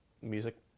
music